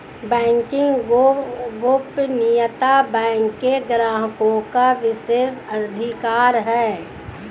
banking गोपनीयता bank के ग्राहकों का विशेषाधिकार है